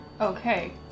Okay